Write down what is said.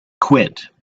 quit